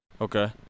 Okay